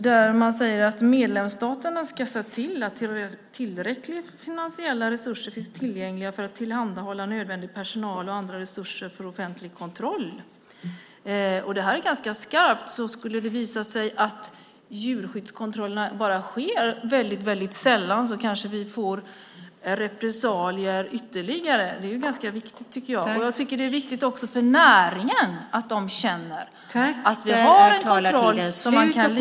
Där säger man att medlemsstaterna ska se till att tillräckliga finansiella resurser finns tillgängliga för att tillhandahålla nödvändig personal och andra resurser för en offentlig kontroll. Det här är ganska skarpt. Skulle det visa sig att djurskyddskontrollerna sker väldigt sällan kanske vi får repressalier. Det är ganska viktigt, tycker jag. Jag tycker att det också är ganska viktigt för näringen att de kan känna att vi har en kontroll som man kan lita på.